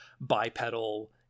bipedal